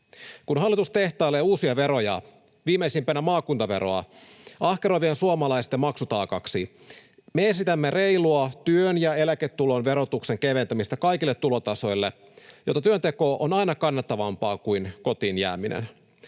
Kun hallitus tehtailee uusia veroja — viimeisimpänä maakuntaveroa — ahkeroivien suomalaisten maksutaakaksi, me esitämme reilua työn ja eläketulon verotuksen keventämistä kaikille tulotasoille, jotta työnteko on aina kannattavampaa kuin kotiin jääminen.